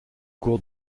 cours